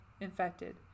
infected